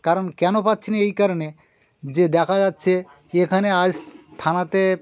কারণ কেন পাচ্ছি না এই কারণে যে দেখা যাচ্ছে কী এখানে আজ থানাতে